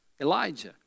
Elijah